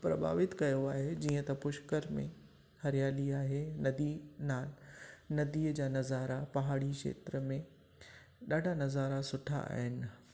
प्रभावित कयो आहे जीअं त पुष्कर में हरियाली आहे नदी ना नदीअ जा नज़ारा पहाड़ी खेत्र में ॾाढा नज़ारा सुठा आहिनि